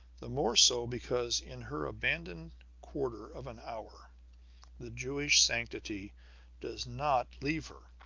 the more so because in her abandoned quarter of an hour the jewish sanctity does not leave her.